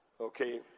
Okay